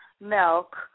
milk